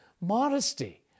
modesty